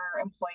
employees